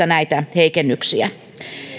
näitä heikennyksiä